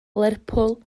lerpwl